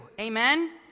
Amen